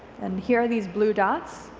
and here are these blue dots,